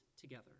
together